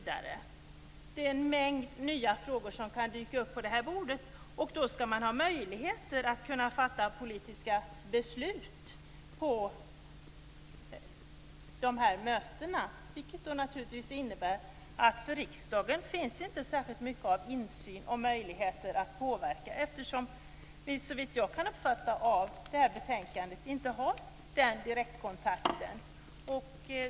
Det är en mängd nya frågor som kan dyka upp på bordet, och då skall man ha möjligheter att fatta politiska beslut på mötena. Det innebär naturligtvis att det för riksdagen inte finns särskilt mycket av insyn och möjligheter att påverka, eftersom vi inte har den direktkontakten, såvitt jag kan uppfatta detta betänkande rätt.